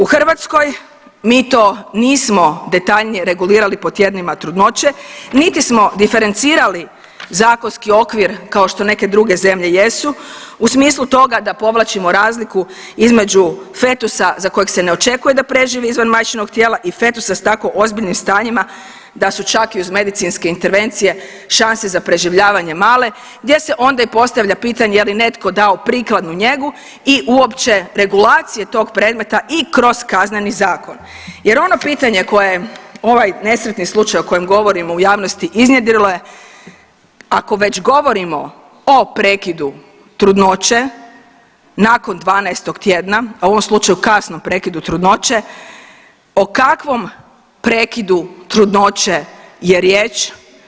U Hrvatskoj mi to nismo detaljnije regulirali po tjednima trudnoće niti smo diferencirali zakonski okvir, kao što neke druge zemlje jesu u smislu toga da povlačimo razliku između fetusa za kojeg se ne očekuje da preživi izvan majčinog tijela i fetusa s tako ozbiljnim stanjima da su čak i uz medicinske intervencije šanse za preživljavanje male, gdje se onda i postavlja pitanje je li netko dao prikladnu njegu i uopće regulacije tog predmeta i kroz Kazneni zakon jer ono pitanje koje ovaj nesretni slučaj o kojem govorimo u javnosti iznjedrilo je, ako već govorimo o prekidu trudnoće nakon 12. tjedna, a ovom slučaju kasnom prekidu trudnoće, o kakvom prekidu trudnoće je riječ?